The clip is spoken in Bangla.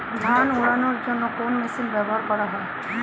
ধান উড়ানোর জন্য কোন মেশিন ব্যবহার করা হয়?